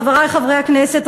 חברי חברי הכנסת,